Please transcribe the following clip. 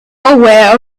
aware